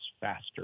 faster